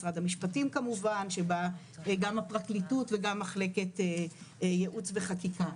משרד המשפטים כמובן שבה גם הפרקליטות וגם מחלקת ייעוץ וחקיקה.